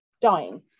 dying